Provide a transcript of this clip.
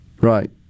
Right